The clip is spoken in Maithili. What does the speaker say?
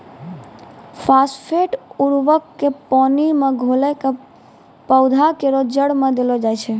फास्फेट उर्वरक क पानी मे घोली कॅ पौधा केरो जड़ में देलो जाय छै